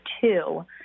two